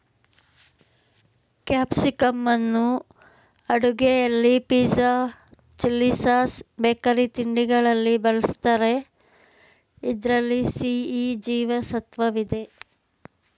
ಕ್ಯಾಪ್ಸಿಕಂನ್ನು ಅಡುಗೆಯಲ್ಲಿ pizza, chilli sauce, bakery ತಿಂಡಿಗಳಲ್ಲಿ ಬಳ್ಸತ್ತರೆ ಇದ್ರಲ್ಲಿ ಸಿ, ಇ ಜೀವ ಸತ್ವವಿದೆ